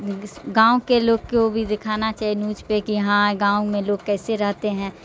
گاؤں کے لوگ کو بھی دکھانا چاہے نیوج پہ کہ ہاں گاؤں میں لوگ کیسے رہتے ہیں